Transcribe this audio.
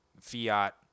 fiat